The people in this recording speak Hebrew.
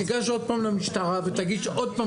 תיגש עוד פעם למשטרה ותגיש עוד פעם